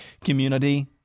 community